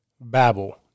Babel